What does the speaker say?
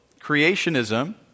creationism